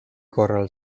korral